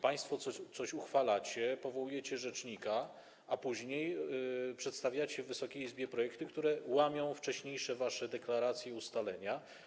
Państwo coś uchwalacie, powołujecie rzecznika, a później przedstawiacie Wysokiej Izbie projekty, które łamią wcześniejsze wasze deklaracje i ustalenia.